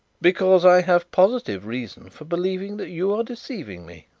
because i have positive reason for believing that you are deceiving me.